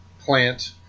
plant